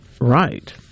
right